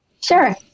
Sure